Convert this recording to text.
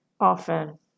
often